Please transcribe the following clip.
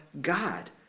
God